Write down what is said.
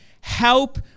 help